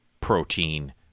protein